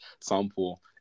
sample